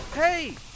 Hey